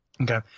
Okay